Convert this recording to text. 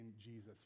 Jesus